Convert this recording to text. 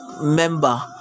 member